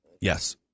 Yes